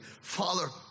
Father